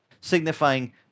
signifying